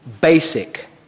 basic